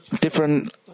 different